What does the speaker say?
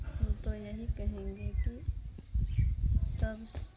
हम तो यही कहेंगे कि सब सु